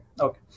Okay